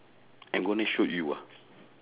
I'm gonna shoot you ah